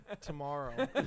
tomorrow